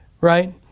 right